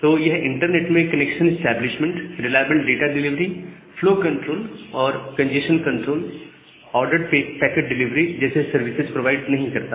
तो यह इंटरनेट में connection establishment reliable data delivery flow control और congestion control order packet delivery जैसे सर्विसेज प्रोवाइड नहीं करता